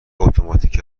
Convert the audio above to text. اتوماتیک